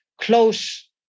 close